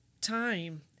time